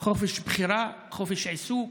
חופש בחירה, חופש עיסוק,